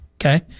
okay